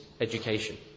education